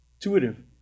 intuitive